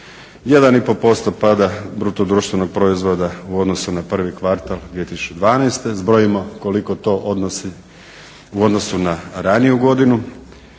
1,5% pada bruto društvenog proizvoda u odnosu na prvi kvartal 2012. Zbrojimo koliko to odnosi u odnosu na raniju godinu.